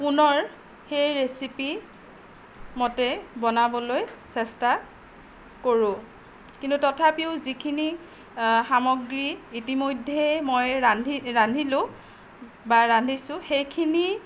পুণৰ সেই ৰেচিপি মতে বনাবলৈ চেষ্টা কৰোঁ কিন্তু তথাপিও যিখিনি সামগ্ৰী ইতিমধ্যই মই ৰান্ধি ৰান্ধিলোঁ বা ৰান্ধিছোঁ সেইখিনি